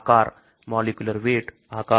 आकार molecular weight आकार